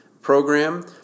program